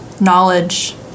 knowledge